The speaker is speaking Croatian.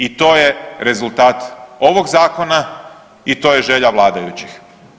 I to je rezultat ovog zakona i to je želja vladajućih.